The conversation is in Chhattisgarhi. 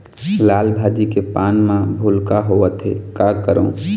लाल भाजी के पान म भूलका होवथे, का करों?